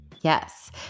Yes